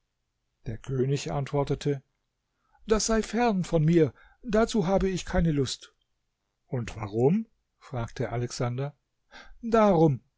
der könig antwortete das sei fern von mir dazu habe ich keine lust und warum fragte alexander darum